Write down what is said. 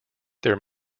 there